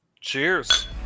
Cheers